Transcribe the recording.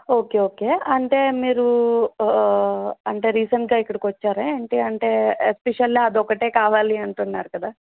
okay okay అంటే మీరు అంటే రీసెంట్గా ఇక్కడకి వచ్చారా ఏంటీ అంటే ఎస్పెషల్లీ అది ఒక్కటే కావాలి అంటున్నారు కదా